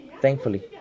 thankfully